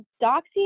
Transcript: Doxy